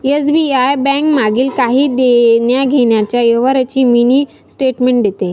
SBI bank मागील काही देण्याघेण्याच्या व्यवहारांची मिनी स्टेटमेंट देते